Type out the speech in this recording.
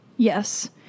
Yes